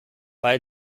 bei